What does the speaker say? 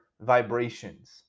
vibrations